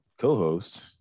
co-host